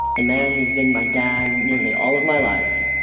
the man who's been my dad nearly all of my life,